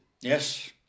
Yes